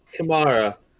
Kamara